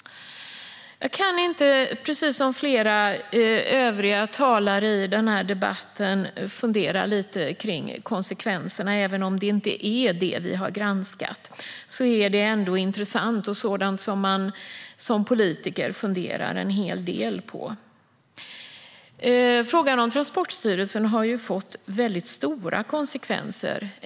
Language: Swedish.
Jag kan inte, precis som flera övriga talare i debatten, låta bli att fundera lite på konsekvenserna. Även om det inte är vad vi har granskat är det ändå intressant och sådant som man som politiker funderar en hel del på. Frågan om Transportstyrelsen har fått stora konsekvenser.